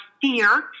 fear